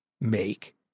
make